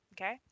Okay